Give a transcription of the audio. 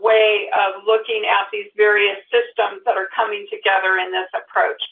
way of looking at these various systems that are coming together in this approach,